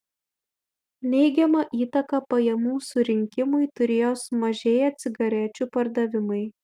neigiamą įtaką pajamų surinkimui turėjo sumažėję cigarečių pardavimai